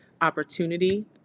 opportunity